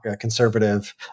conservative